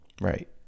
right